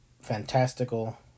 fantastical